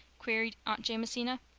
queried aunt jamesina.